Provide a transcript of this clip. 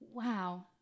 Wow